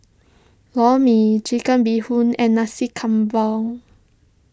Lor Mee Chicken Bee Hoon and Nasi Campur